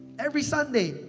every sunday,